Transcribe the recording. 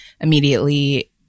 immediately